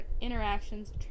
interactions